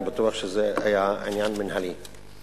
אני בטוח שזה היה עניין מינהלי.